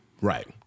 Right